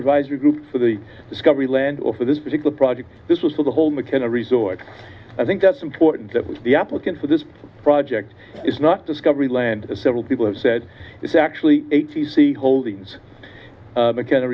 advisory group for the discovery land or for this particular project this was for the whole mckenna resort i think that's important that was the applicant for this project is not discovery land several people have said this actually a t c holdings